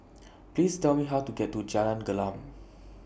Please Tell Me How to get to Jalan Gelam